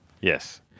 yes